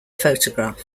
photograph